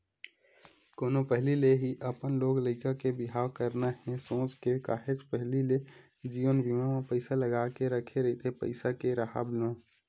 कोनो पहिली ले ही अपन लोग लइका के बिहाव करना हे सोच के काहेच पहिली ले जीवन बीमा म पइसा लगा के रखे रहिथे पइसा के राहब म